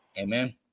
amen